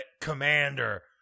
commander